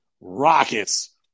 Rockets